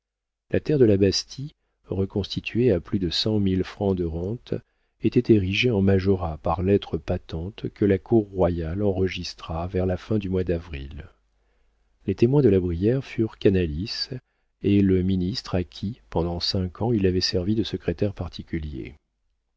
la terre de la bastie reconstituée à plus de cent mille francs de rentes était érigée en majorat par lettres patentes que la cour royale enregistra vers la fin du mois d'avril les témoins de la brière furent canalis et le ministre à qui pendant cinq ans il avait servi de secrétaire particulier